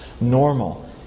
Normal